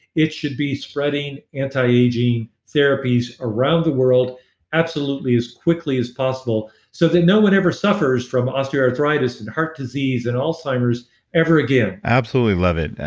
it should be spreading anti-aging therapies around the world absolutely as quickly as possible so that no one ever suffers from osteoarthritis and heart disease and alzheimer's ever again absolutely love it.